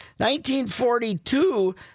1942